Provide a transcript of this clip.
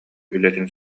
үлэтин